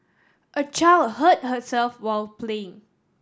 a child hurt herself while playing